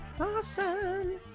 Awesome